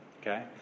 okay